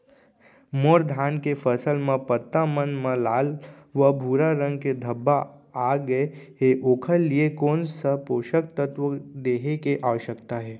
मोर धान के फसल म पत्ता मन म लाल व भूरा रंग के धब्बा आप गए हे ओखर लिए कोन स पोसक तत्व देहे के आवश्यकता हे?